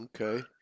Okay